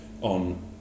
on